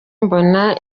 mbona